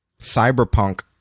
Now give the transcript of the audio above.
Cyberpunk